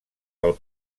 del